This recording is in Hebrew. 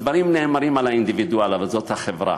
הדברים נאמרים על האינדיבידואל, אבל זאת החברה.